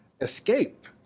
escape